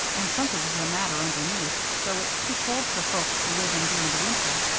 and something's the matter underneath so it's too cold for folks to live in during the winter.